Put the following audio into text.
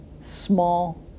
small